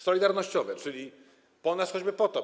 Solidarnościowe, czyli po nas choćby potop.